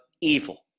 evil